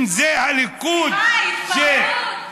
אם זה הליכוד, סליחה, התפרעות.